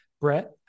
Brett